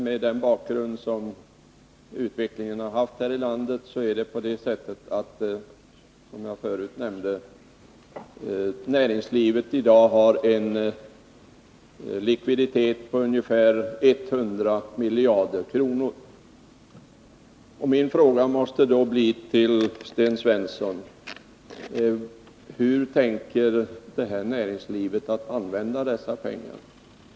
Med den bakgrund som utvecklingen haft här i landet är det på det sättet, som jag förut sade, att näringslivet i dag har en likviditet på ungefär 100 miljarder kronor. Min fråga till Sten Svensson måste då bli: Hur tänker näringslivet använda dessa pengar?